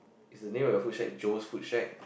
is the name of your food shack Joe's food shack